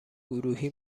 گروهی